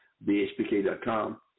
bhpk.com